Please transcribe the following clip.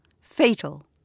fatal